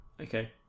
Okay